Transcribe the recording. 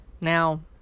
Now